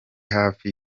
hafi